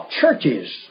churches